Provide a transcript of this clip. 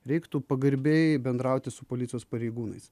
reiktų pagarbiai bendrauti su policijos pareigūnais